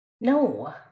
No